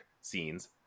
scenes